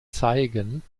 zeigen